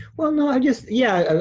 well, no, i guess, yeah.